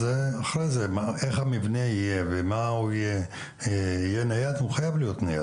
אחרי כן איך המבנה יהיה ומה הוא יהיה הוא חייב להיות נייד,